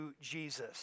Jesus